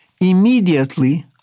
Immediately